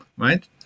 Right